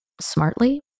smartly